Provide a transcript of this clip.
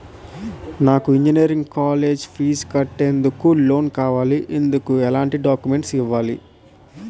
నాకు engineering college fee కట్టేందుకు loan కావాలి, ఎందుకు ఎలాంటి డాక్యుమెంట్స్ ఇవ్వాలి?